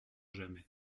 jamais